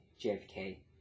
JFK